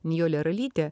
nijolė ralytė